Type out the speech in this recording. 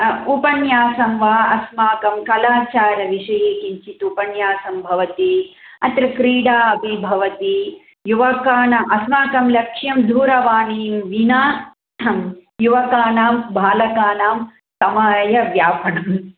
उपन्यासं वा अस्माकं कलाचारविषये किञ्चित् उपन्यासं भवति अत्र क्रीडा अपि भवति युवकानाम् अस्माकं लक्ष्यं दूरवाणीं विना युवकानां बालकानां समयव्यापनम्